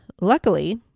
luckily